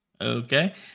Okay